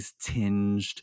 tinged